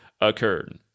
occurred